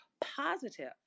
positive